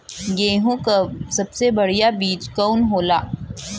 गेहूँक सबसे बढ़िया बिज कवन होला?